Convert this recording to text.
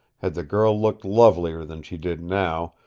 had the girl looked lovelier than she did now,